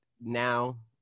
now